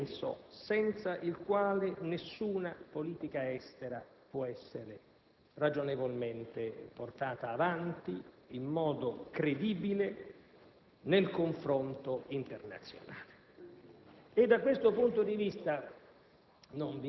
e allo scopo di misurare il consenso, senza il quale nessuna politica estera può essere ragionevolmente portata avanti in modo credibile nel confronto internazionale.